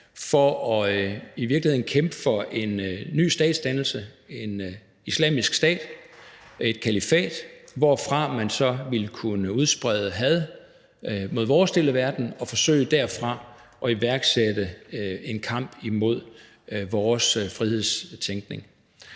for i virkeligheden at kæmpe for en ny statsdannelse, en islamisk stat, et kalifat, hvorfra man så ville kunne udsprede had mod vores del af verden og derfra forsøge at iværksætte en kamp imod vores frihedstænkning.